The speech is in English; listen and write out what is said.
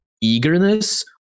eagerness